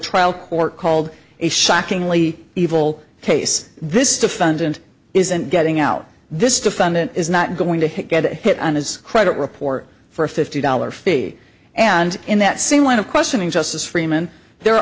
trial court called a shockingly evil case this defendant isn't getting out this defendant is not going to get a hit on his credit report for a fifty dollars fee and in that same line of questioning justice freiman there